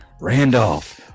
randolph